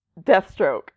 Deathstroke